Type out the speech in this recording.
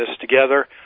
together